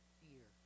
fear